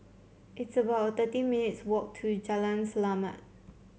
it's about thirty minutes' walk to Jalan Selamat